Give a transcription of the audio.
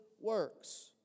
works